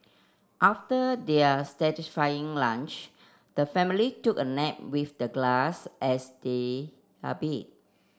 after their satisfying lunch the family took a nap with the grass as their a bed